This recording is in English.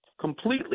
Completely